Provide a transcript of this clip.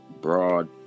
broad